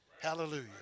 Hallelujah